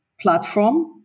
platform